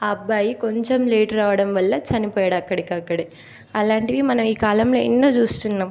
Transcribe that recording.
ఆ అబ్బాయి కొంచెం లేట్ రావడం వల్ల చనిపోయాడు అక్కడికక్కడే అలాంటివి మనం ఈ కాలంలో ఎన్నో చూస్తున్నాం